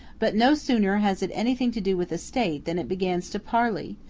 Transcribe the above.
but no sooner has it anything to do with a state than it begins to parley,